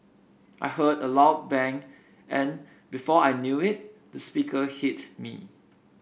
I heard a loud bang and before I knew it the speaker hit me